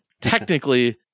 technically